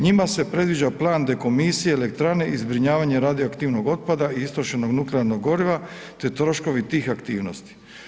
Njima se predviđa plan dekomisije elektrane i zbrinjavanje radioaktivnog otpada istrošenog nuklearnog goriva te troškovi tih aktivnosti.